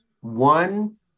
One